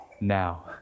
now